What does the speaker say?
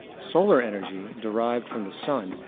solar energy, derived from the sun,